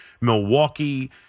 Milwaukee –